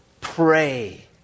pray